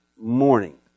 morning